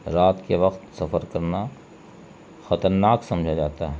رات کے وقت سفر کرنا خطرناک سمجھا جاتا ہے